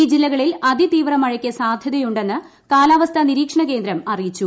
ഈ ജില്ലകളിൽ അതിതീവ്ര മഴയ്ക്ക് സാധ്യതയുണ്ടെന്ന് കാലാവസ്ഥാ നിരീക്ഷണ കേന്ദ്രം അറിയിച്ചു